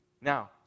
Now